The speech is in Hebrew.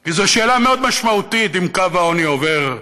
כי זו שאלה מאוד משמעותית אם קו העוני עובר,